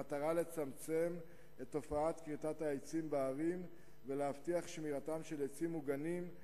במטרה לצמצם את תופעת כריתת העצים בערים ולהבטיח שמירתם של עצים מוגנים.